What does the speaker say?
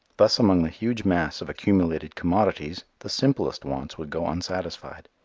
thus among the huge mass of accumulated commodities the simplest wants would go unsatisfied.